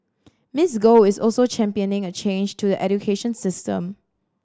Miss Go is also championing a change to education system